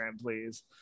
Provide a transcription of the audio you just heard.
please